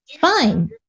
Fine